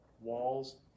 Walls